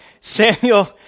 Samuel